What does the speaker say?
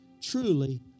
truly